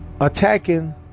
attacking